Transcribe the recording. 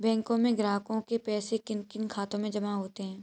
बैंकों में ग्राहकों के पैसे किन किन खातों में जमा होते हैं?